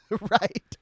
Right